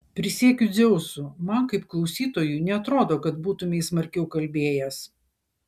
prisiekiu dzeusu man kaip klausytojui neatrodo kad būtumei smarkiau kalbėjęs